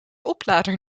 oplader